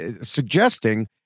suggesting